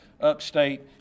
upstate